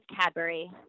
Cadbury